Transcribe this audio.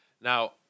Now